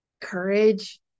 courage